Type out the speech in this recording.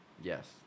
Yes